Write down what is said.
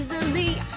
easily